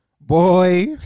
Boy